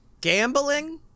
Gambling